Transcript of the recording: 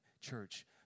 church